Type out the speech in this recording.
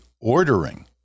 ordering